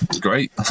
Great